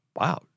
wow